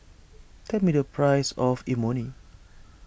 tell me the price of Imoni